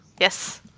Yes